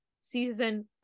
season